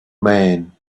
man